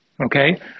okay